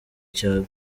cyaro